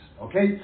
Okay